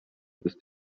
ist